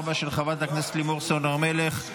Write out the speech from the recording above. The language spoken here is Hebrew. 2024, של חברת הכנסת לימור סון הר מלך.